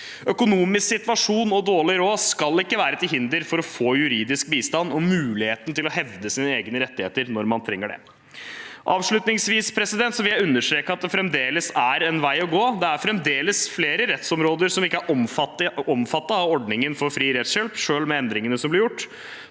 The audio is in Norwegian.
Økonomisk situasjon og dårlig råd skal ikke være til hinder for å få juridisk bistand og muligheten til å hevde sine rettigheter når man trenger det. Avslutningsvis vil jeg understreke at det fremdeles er en vei å gå. Det er fremdeles flere rettsområder som ikke er omfattet av ordningen for fri rettshjelp, selv med endringene som blir gjort,